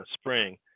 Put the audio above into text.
spring